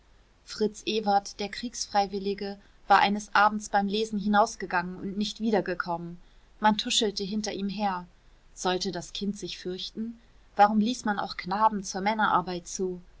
fritz ewert der kriegsfreiwillige war eines abends beim lesen hinausgegangen und nicht wiedergekommen man tuschelte hinter ihm her sollte das kind sich fürchten warum ließ man auch knaben zur männerarbeit zu